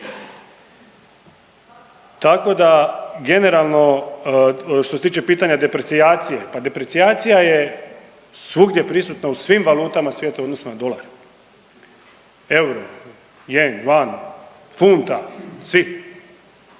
Tako da generalno što se tiče pitanja deprecijacije. Pa deprecijacija je svugdje prisutna u svim valutama svijeta u odnosu na dolare, euro, jen, van, funta, svi.